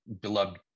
beloved